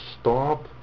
stop